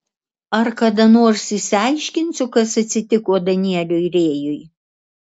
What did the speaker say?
ar kada nors išsiaiškinsiu kas atsitiko danieliui rėjui